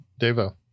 Devo